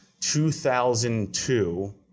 2002